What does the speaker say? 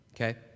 Okay